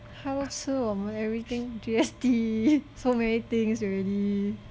他都吃我们 everything G_S_T so many things already